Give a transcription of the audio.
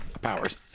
powers